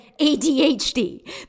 ADHD